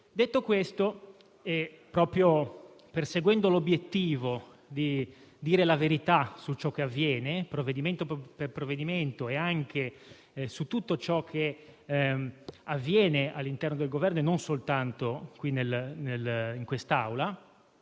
Detto questo, proprio perseguendo l'obiettivo di dire la verità su ciò che avviene, provvedimento per provvedimento e anche all'interno del Governo e non soltanto in quest'Aula,